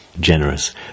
generous